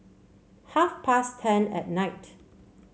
half past ten at night